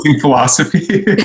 philosophy